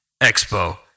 Expo